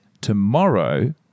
tomorrow